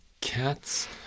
cats